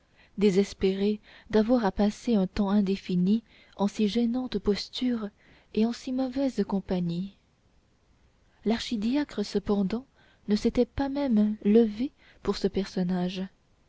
désespéré d'avoir à passer un temps indéfini en si gênante posture et en si mauvaise compagnie l'archidiacre cependant ne s'était pas même levé pour ce personnage